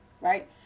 Right